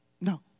No